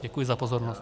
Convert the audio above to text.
Děkuji za pozornost.